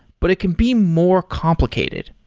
but it can be more complicated.